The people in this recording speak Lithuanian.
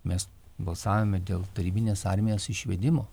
mes balsavome dėl tarybinės armijos išvedimo